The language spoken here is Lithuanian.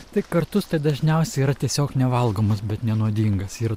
tai kartus tai dažniausiai yra tiesiog nevalgomas bet nenuodingas yra